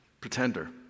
pretender